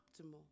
optimal